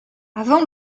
avant